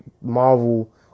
Marvel